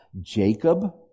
jacob